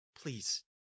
Please